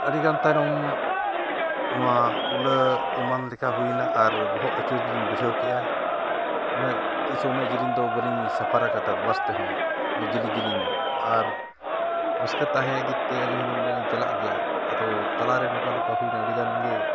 ᱟᱹᱰᱤᱜᱟᱱ ᱛᱟᱭᱱᱚᱢ ᱱᱚᱣᱟ ᱩᱞᱟᱹ ᱮᱢᱟᱱ ᱞᱮᱠᱟ ᱦᱩᱭᱱᱟ ᱟᱨ ᱵᱚᱦᱚᱜ ᱟᱹᱪᱩᱨ ᱜᱤᱞᱤᱧ ᱵᱩᱡᱷᱟᱹᱣ ᱠᱮᱜᱼᱟ ᱩᱱᱟᱹᱜ ᱛᱤᱥᱦᱚᱸ ᱩᱱᱟᱹᱜ ᱡᱮᱞᱮᱧ ᱫᱚ ᱵᱟᱹᱞᱤᱧ ᱥᱟᱯᱷᱟᱨ ᱟᱠᱟᱫ ᱛᱟᱛᱮᱸᱫ ᱵᱟᱥ ᱛᱮᱦᱚᱸ ᱩᱱᱟᱹᱜ ᱡᱮᱞᱮᱧ ᱡᱮᱞᱮᱧ ᱫᱚ ᱟᱨ ᱨᱟᱹᱥᱠᱟᱹ ᱛᱟᱦᱮᱸ ᱤᱫᱤ ᱛᱮ ᱟᱹᱞᱤᱧ ᱦᱚᱸᱞᱤᱧ ᱢᱮᱱᱫᱟᱞᱤᱧ ᱪᱟᱞᱟᱜ ᱜᱮᱭᱟ ᱟᱫᱚ ᱛᱟᱞᱟᱨᱮ ᱱᱚᱝᱠᱟ ᱱᱚᱝᱠᱟ ᱦᱩᱭᱮᱱᱟ ᱟᱹᱰᱤ ᱜᱟᱱ ᱜᱮ